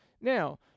Now